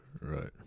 right